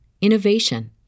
innovation